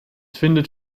findet